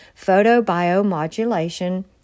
photobiomodulation